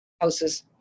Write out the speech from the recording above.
houses